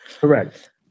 Correct